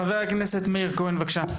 חבר הכנסת מאיר כהן, בבקשה.